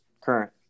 current